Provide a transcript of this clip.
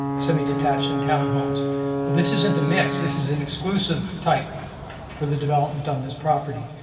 semi-detached and town homes. but this isn't a mix, this is an exclusive type for the development on this property.